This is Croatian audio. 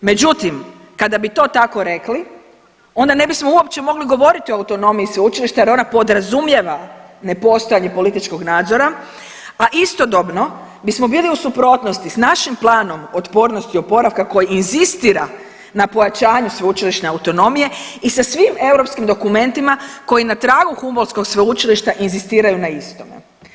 Međutim, kada bi to tako rekli onda ne bismo uopće mogli govoriti o autonomiji sveučilišta jer ona podrazumijeva nepostojanje političkog nadzora, a istodobno bismo bili u suprotnosti sa našim planom otpornosti i oporavka koji inzistira na pojačanju sveučilišne autonomije i sa svim europskim dokumentima koji na tragu Humbolskog sveučilišta inzistiraju na istome.